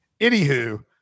Anywho